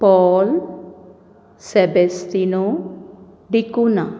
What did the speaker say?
Paul Sebastino D'Cunha